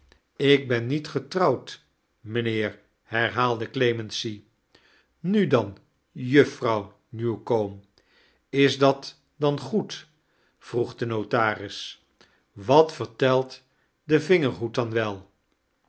ik ben niet getrouwd mijnheer herhaalde clemency nu dan juffrouw newcome is dat dan goed vroeg de notaris wat vertelt de vingerhoed dan wel